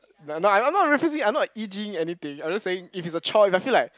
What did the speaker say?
no I I not referencing I not like e_g ing anything I'm just saying if it's a choice I feel like